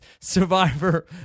Survivor